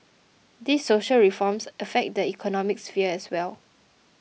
these social reforms affect the economic sphere as well